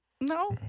No